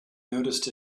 noticed